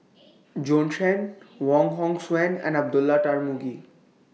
Bjorn Shen Wong Hong Suen and Abdullah Tarmugi